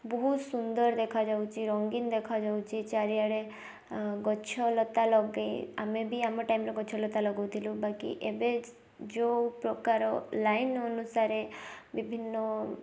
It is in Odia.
ବହୁତ ସୁନ୍ଦର ଦେଖାଯାଉଛି ରଙ୍ଗୀନ ଦେଖାଯାଉଛି ଚାରିଆଡ଼େ ଗଛ ଲତା ଲଗାଇ ଆମେ ବି ଆମ ଟାଇମରେ ଗଛ ଲତା ଲଗଉଥିଲି ବାକି ଏବେ ଯେଉଁ ପ୍ରକାର ଲାଇନ ଅନୁସାରେ ବିଭିନ୍ନ